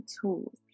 tools